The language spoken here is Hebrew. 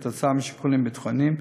משיקולים ביטחוניים,